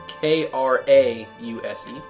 K-R-A-U-S-E